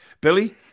Billy